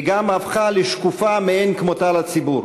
היא גם הפכה לשקופה מאין כמותה לציבור